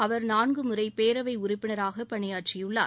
அவர் நான்கு முறை பேரவை உறுப்பினராக பணியாற்றியுள்ளார்